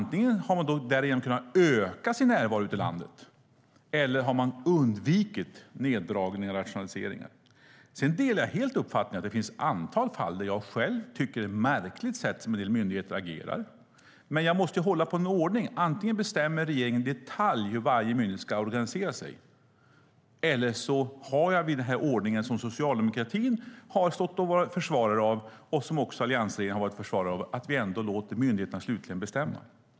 Därigenom har man antingen kunnat öka sin närvaro ute i landet eller kunnat undvika neddragningar och rationaliseringar. Jag delar helt uppfattningen att det finns ett antal fall där jag själv tycker att det är märkligt hur en del myndigheter agerar. Men jag måste hålla på den ordning som gäller. Antingen bestämmer regeringen i detalj hur varje myndighet ska organisera sig eller också har vi den ordning som socialdemokratin och också alliansregeringen har varit försvarare av, nämligen att vi låter myndigheterna bestämma slutligen.